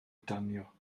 danio